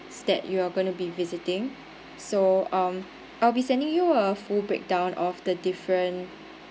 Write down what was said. that you're gonna be visiting so um I'll be sending you a full breakdown of the different